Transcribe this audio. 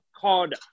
called